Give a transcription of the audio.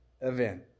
event